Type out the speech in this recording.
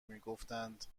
میگفتند